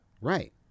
Right